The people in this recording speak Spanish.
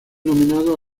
nominado